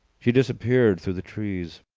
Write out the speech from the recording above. she disappeared through the trees.